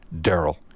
Daryl